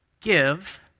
give